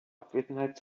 abwesenheit